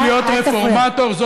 אל תפריע.